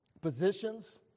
positions